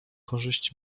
korzyść